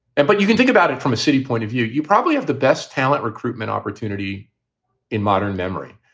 and but you can think about it from a city point of view. you probably have the best talent recruitment opportunity in modern memory.